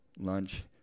lunch